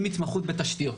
עם התמחות בתשתיות".